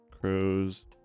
Crows